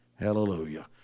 Hallelujah